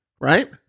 right